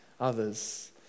others